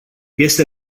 este